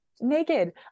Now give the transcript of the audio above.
naked